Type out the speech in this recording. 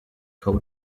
code